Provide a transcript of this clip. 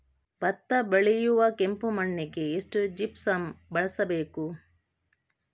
ಭತ್ತ ಬೆಳೆಯುವ ಕೆಂಪು ಮಣ್ಣಿಗೆ ಎಷ್ಟು ಜಿಪ್ಸಮ್ ಬಳಸಬೇಕು?